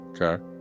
okay